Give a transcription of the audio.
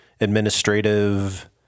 administrative